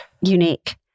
unique